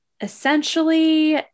essentially